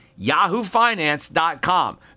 yahoofinance.com